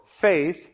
faith